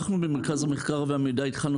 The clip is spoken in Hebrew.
אנחנו, במרכז המחקר והמידע, התחלנו